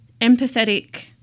empathetic